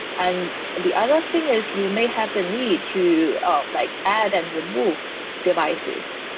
and the other thing is you may have the need to um like add and remove devices.